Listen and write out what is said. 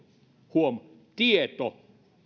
huom tieto